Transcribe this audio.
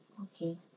okay